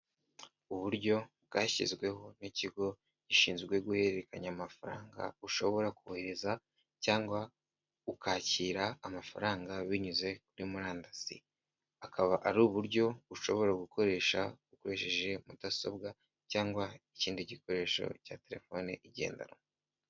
Uburyo bwashyizweho n'ikigo gishinzwe guhererekanya amafaranga, ushobora kohereza cyangwa ukakira amafaranga binyuze kuri murandasi akaba ari uburyo ushobora gukoresha ukoresheje mudasobwa cyangwa ikindi gikoresho cya telefone igendanwa.